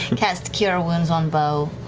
cast cure wounds on beau,